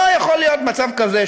לא יכול להיות מצב כזה,